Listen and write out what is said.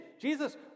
Jesus